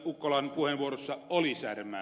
ukkolan puheenvuorossa oli särmää